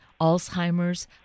Alzheimer's